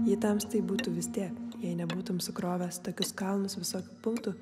jei tamstai būtų vis tiek jei nebūtum sukrovęs tokius kalnus visokių punktų